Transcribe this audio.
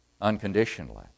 unconditionally